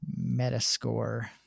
Metascore